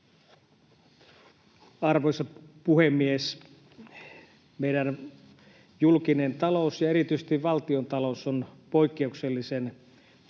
Arvoisa puhemies! Meidän julkinen talous ja erityisesti valtiontalous on poikkeuksellisen